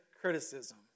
Criticism